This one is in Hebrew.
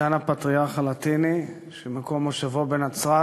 סגן הפטריארך הלטיני, שמקום מושבו בנצרת